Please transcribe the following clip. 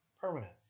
permanent